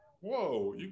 Whoa